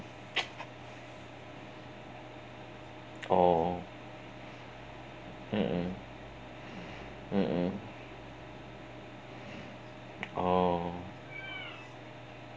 oh mmhmm mmhmm oh